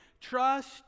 Trust